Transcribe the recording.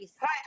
Hi